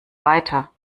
weiter